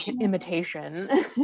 imitation